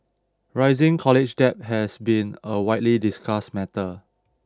rising college debt has been a widely discussed matter